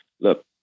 Look